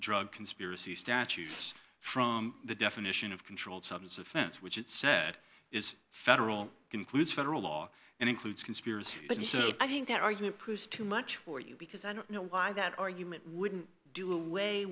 drug conspiracy statutes from the definition of controlled substance of fence which it said is federal concludes federal law and includes conspiracy and so i think that argument proves too much for you because i don't know why that argument wouldn't do away